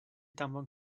danfon